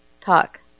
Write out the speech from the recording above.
talk